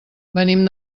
venim